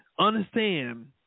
Understand